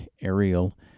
Aerial